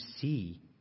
see